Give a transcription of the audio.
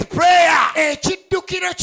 prayer